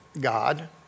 God